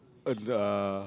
uh uh